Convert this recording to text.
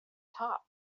top